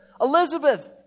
Elizabeth